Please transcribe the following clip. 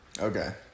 Okay